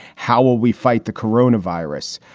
how will we fight the corona virus?